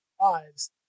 lives